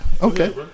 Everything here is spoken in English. Okay